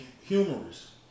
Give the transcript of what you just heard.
humorous